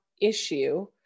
issue